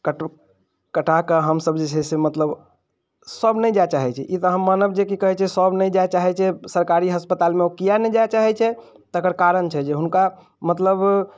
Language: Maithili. कट कटा कऽ हमसभ जे छै से मतलब ओ सभ नहि जाइ चाहै छै ई तऽ हम मानब जे कि कहै छै सभ नहि जाइ चाहै छै सरकारी अस्पतालमे ओ किएक नहि जाइ चाहै छै तकर कारण छै जे हुनका मतलब